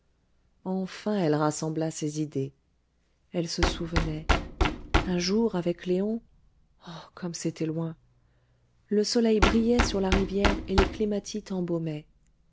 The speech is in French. enfin elle rassembla ses idées elle se souvenait un jour avec léon oh comme c'était loin le soleil brillait sur la rivière et les clématites embaumaient